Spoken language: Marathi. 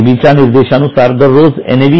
सेबीच्या निर्देशानुसार दररोज एन